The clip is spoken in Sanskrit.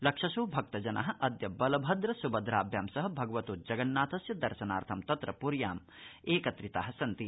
लक्षशो भक्तजना अद्य बलभद्र सुभद्राभ्यां सह भगवतो जगन्नाथस्य दर्शनार्थं तत्र पुर्याम् एकत्रिता सन्ति